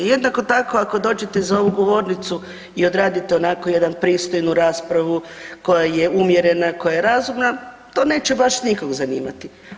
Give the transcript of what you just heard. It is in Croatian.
I jednako tako ako dođete za ovu govornicu i odradite onako jedan pristojnu raspravu koja je umjerena i koja je razumna, to neće baš nikog zanimati.